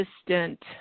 assistant